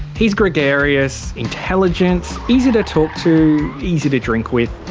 he's gregarious, intelligent, easy to talk to, easy to drink with,